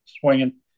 swinging